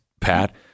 Pat